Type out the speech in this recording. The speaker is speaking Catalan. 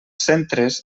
centres